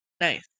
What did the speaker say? nice